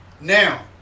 Now